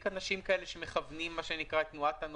בלי שתלה שלט בכניסה למעלית,